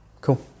Cool